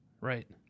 Right